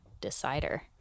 decider